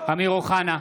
אמיר אוחנה,